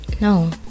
No